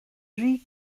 rhy